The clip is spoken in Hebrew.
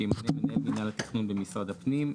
שימנה מנהל מינהל התכנון במשרד הפנים,